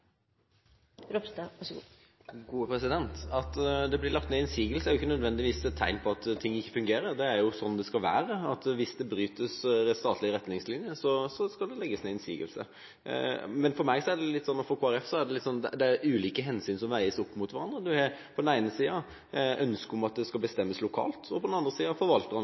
At det blir lagt ned innsigelse, er ikke nødvendigvis et tegn på at ting ikke fungerer. Det er slik det skal være – hvis statlige retningslinjer brytes, skal det nedlegges innsigelse. For meg og for Kristelig Folkeparti er det ulike hensyn som veies opp mot hverandre. En har på den ene siden ønsket om at det skal bestemmes lokalt, og på den andre